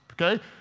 okay